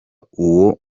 uwo